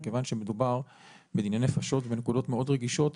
מכיוון שמדובר בדיני נפשות ונקודות מאוד רגישות,